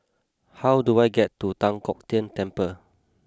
how do I get to Tan Kong Tian Temple